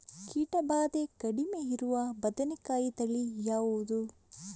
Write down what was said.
ಕೀಟ ಭಾದೆ ಕಡಿಮೆ ಇರುವ ಬದನೆಕಾಯಿ ತಳಿ ಯಾವುದು?